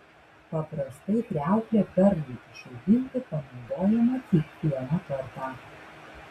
paprastai kriauklė perlui išauginti panaudojama tik vieną kartą